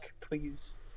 Please